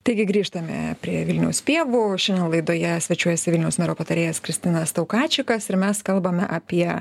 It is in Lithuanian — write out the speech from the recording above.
taigi grįžtame prie vilniaus pievų šiandien laidoje svečiuojasi vilniaus mero patarėjas kristinas taukačikas ir mes kalbame apie